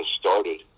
started